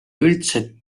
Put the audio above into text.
üldse